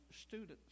students